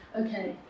okay